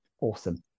awesome